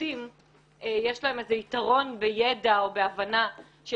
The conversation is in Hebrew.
שלשופטים יש איזה יתרון בידע או בהבנה של